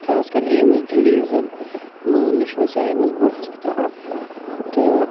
خاص کر ایمٕز دِلہِ یُس زَن ماننہٕ چھُ یِوان ساروٕے منٛز بوٚڈ ہسپتال تہٕ